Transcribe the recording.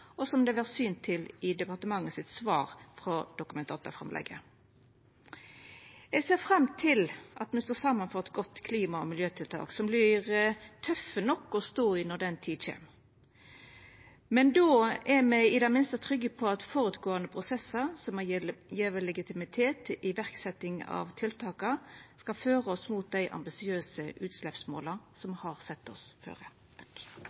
og som det vert synt til i departementet sitt svar på Dokument 8-forslaget. Eg ser fram til at me skal stå saman om gode klima- og miljøtiltak som vert tøffe nok å stå i når den tida kjem. Men då er me i det minste trygge på at føregåande prosessar, som har gjeve legitimitet til iverksetjing av tiltaka, skal føra oss mot dei ambisiøse utsleppsmåla som me har sett oss føre.